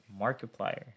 Markiplier